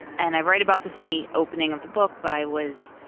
and i write about this in the opening of the book but i was